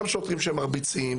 גם שוטרים שמרביצים,